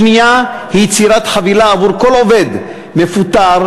השנייה היא יצירת חבילה עבור כל עובד מפוטר,